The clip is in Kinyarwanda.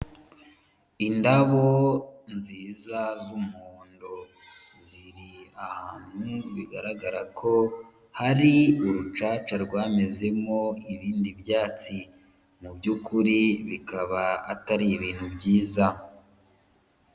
Indabo nziza z'umuhondo, ziri ahantu bigaragara ko hari urucaca rwamezemo ibindi byatsi, mu by'ukuri bikaba atari ibintu byiza.